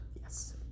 Yes